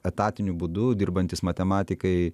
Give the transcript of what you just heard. etatiniu būdu dirbantys matematikai